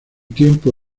tiempo